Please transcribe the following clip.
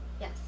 yes